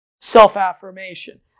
self-affirmation